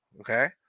okay